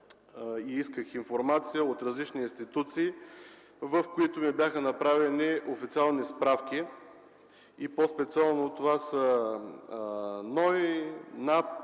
поисках информация от различни институции, в които ми бяха направени официални справки. По-специално това са НОИ, НАП,